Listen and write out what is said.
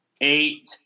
eight